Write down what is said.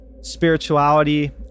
spirituality